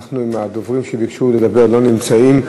עם הדוברים שביקשו לדבר, לא נמצאים.